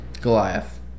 Goliath